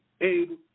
able